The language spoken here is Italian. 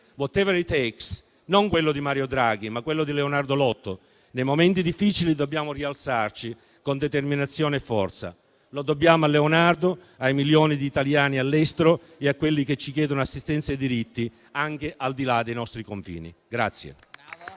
*Whatever it takes*: non quello di Mario Draghi, ma quello di Leonardo Lotto. Nei momenti difficili dobbiamo rialzarci, con determinazione e forza. Lo dobbiamo a Leonardo, ai milioni di italiani all'estero e a quelli che ci chiedono assistenza per i diritti anche al di là dei nostri confini.